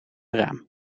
raam